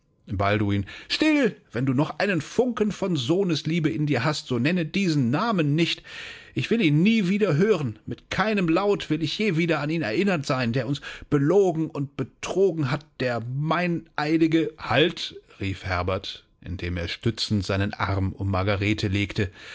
balduin still wenn du noch einen funken von sohnesliebe in dir hast so nenne diesen namen nicht ich will ihn nie wieder hören mit keinem laut will ich je wieder an ihn erinnert sein der uns belogen und betrogen hat der meineidige halt rief herbert indem er stützend seinen arm um margarete legte